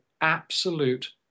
absolute